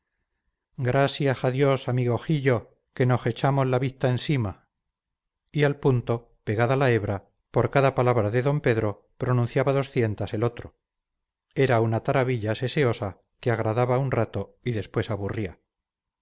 grasiaj a dios amigo jiyo que noj echamo la vista ensima y al punto pegada la hebra por cada palabra de d pedro pronunciaba doscientas el otro era una taravilla seseosa que agradaba un rato y después aburría